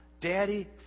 Daddy